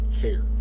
hair